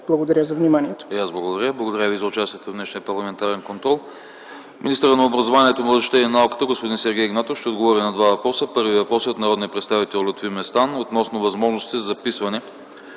Благодаря за вниманието.